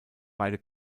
beide